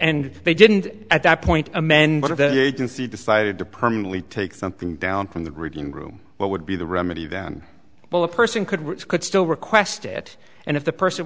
and they didn't at that point amend one of the agencies decided to permanently take something down from the reading room what would be the remedy then well a person could could still request it and if the person